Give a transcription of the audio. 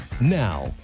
Now